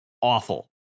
awful